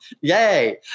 yay